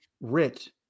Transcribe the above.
writ